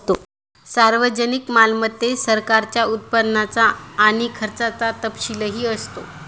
सार्वजनिक मालमत्तेत सरकारच्या उत्पन्नाचा आणि खर्चाचा तपशीलही असतो